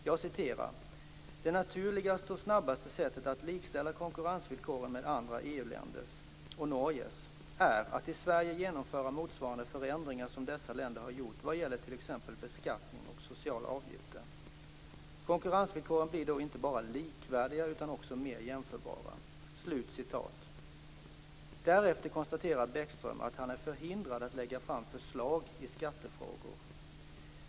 Jag citerar: "Det naturligaste och snabbaste sättet att likställa konkurrensvillkoren med andra EU-länders och Norges är att i Sverige genomföra motsvarande förändringar, som dessa länder har gjort vad gäller t.ex. beskattning och sociala avgifter. Konkurrensvillkoren blir då inte bara likvärdiga utan också mer jämförbara." Därefter konstaterar Bäckström att han är förhindrad att lägga fram förslag i skattefrågor.